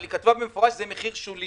אבל היא כתבה במפורש שזה מחיר שולי.